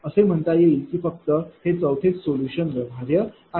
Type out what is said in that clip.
असे म्हणता येईल की फक्त हेच सोलुशन व्यवहार्य आहे